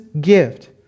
gift